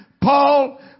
Paul